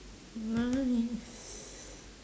nice